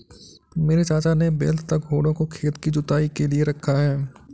मेरे चाचा ने बैल तथा घोड़ों को खेत की जुताई के लिए रखा है